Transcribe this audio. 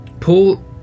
Paul